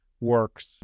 works